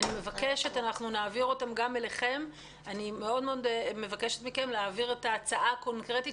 אנחנו נעביר אותם גם אליכם ואני מאוד מבקשת מכם להעביר הצעה קונקרטית